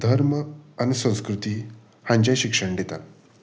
धर्म आनी संस्कृती हांचेय शिक्षण दितात